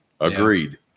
agreed